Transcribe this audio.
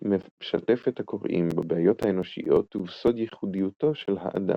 סמית משתף את הקוראים בבעיות האנושיות ובסוד ייחודיותו של האדם.